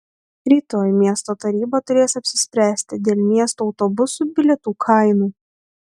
rytoj miesto taryba turės apsispręsti dėl miesto autobusų bilietų kainų